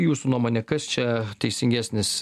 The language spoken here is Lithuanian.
jūsų nuomone kas čia teisingesnis